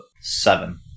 Seven